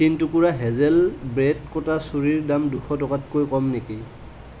তিনি টুকুৰা hazel bread কটা চুৰীৰ দাম দুশ টকাতকৈ কম নেকি